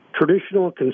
traditional